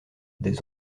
des